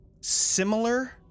similar